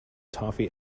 toffee